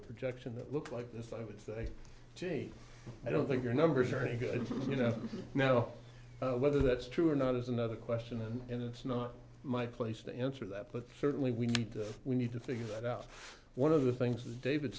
a projection that looked like this i would say gee i don't think your numbers are any good you know now whether that's true or not is another question and it's not my place to answer that but certainly we need to we need to figure that out one of the things that david